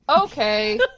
Okay